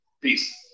Peace